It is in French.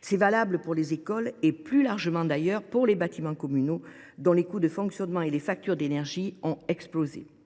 C’est valable pour les écoles et, plus largement, pour l’ensemble des bâtiments communaux, dont les coûts de fonctionnement et les factures d’énergie ont explosé. Toutefois,